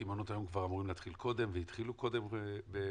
כי מעונות היום אמורים להתחיל קודם והתחילו קודם בחלקם.